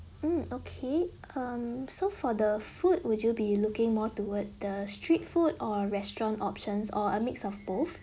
mm okay um so for the food would you be looking more towards the street food or restaurant options or a mix of both